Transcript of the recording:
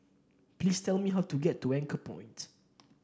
please tell me how to get to Anchorpoint